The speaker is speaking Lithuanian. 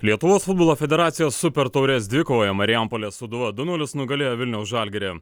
lietuvos futbolo federacijos super taurės dvikovoje marijampolės sūduva du nulis nugalėjo vilniaus žalgirį